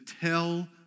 tell